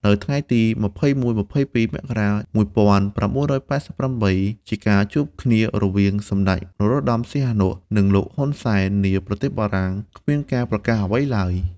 នៅថ្ងៃទី២១-២២ មករា ១៩៨៨ ជាការជួបគ្នារវាងសម្ដេច នរោត្តមសីហនុ និងលោក ហ៊ុនសែន នាប្រទេសបារាំង គ្មានការប្រកាសអ្វីឡើយ។